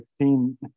team